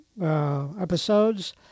episodes